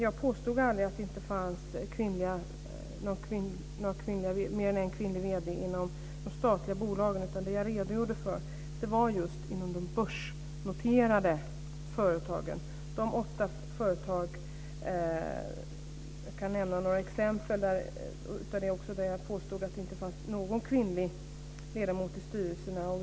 Jag påstod aldrig att det inte fanns mer än en kvinnlig vd i de statliga bolagen. Det jag redogjorde för var just i de börsnoterade företagen. Jag kan nämna något av de exempel där jag påstod att det inte fanns någon kvinnlig ledamot i styrelserna.